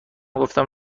گفتم